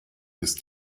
ist